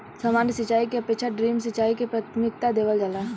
सामान्य सिंचाई के अपेक्षा ड्रिप सिंचाई के प्राथमिकता देवल जाला